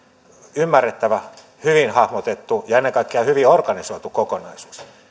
ymmärrettävä hyvin hahmotettu ja ennen kaikkea hyvin organisoitu kokonaisuus